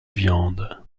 viande